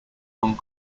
hong